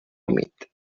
humit